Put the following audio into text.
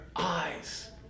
eyes